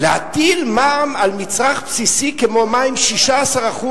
להטיל מע"מ על מצרך בסיסי כמו מים, 16%?